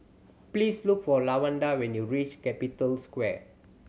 please look for Lawanda when you reach Capital Square